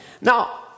Now